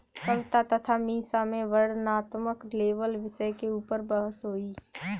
कविता तथा मीसा में वर्णनात्मक लेबल विषय के ऊपर बहस हुई